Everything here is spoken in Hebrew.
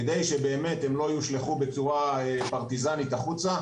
כדי שבאמת הן לא יושלכו בצורה פרטיזנית החוצה.